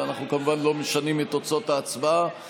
אנחנו כמובן לא משנים את תוצאות ההצבעה,